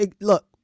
Look